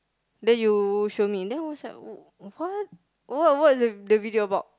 then you show me then I was like what what what is the video about